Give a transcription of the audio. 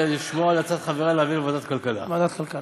לשמוע לעצת חברי, להעביר לוועדת הכלכלה.